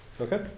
Okay